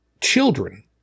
children